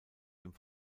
dem